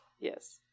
Yes